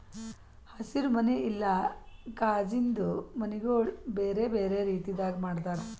ಹಸಿರು ಮನಿ ಇಲ್ಲಾ ಕಾಜಿಂದು ಮನಿಗೊಳ್ ಬೇರೆ ಬೇರೆ ರೀತಿದಾಗ್ ಮಾಡ್ತಾರ